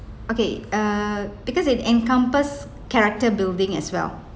okay err because it encompass character building as well